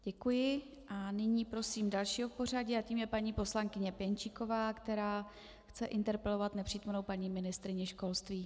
Děkuji a nyní prosím dalšího v pořadí a tím je paní poslankyně Pěnčíková, která chce interpelovat nepřítomnou paní ministryni školství.